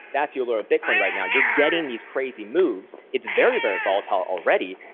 that's the allure of bitcoin right now. you're getting these crazy moves. it's very, very volatile already.